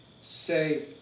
say